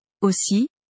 Aussi